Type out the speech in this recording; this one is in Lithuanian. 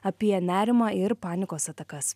apie nerimą ir panikos atakas